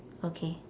okay